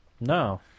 No